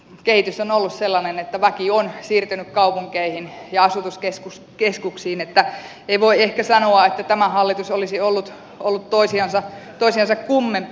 kehitys on ollut sellainen että väki on siirtynyt kaupunkeihin ja asutuskeskuksiin niin että ei voi ehkä sanoa että tämä hallitus olisi ollut toisiansa kummempi